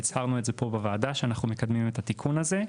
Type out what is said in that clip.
הצהרנו גם בוועדה שאנחנו מקדמים את התיקון הזה.